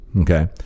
Okay